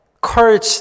courage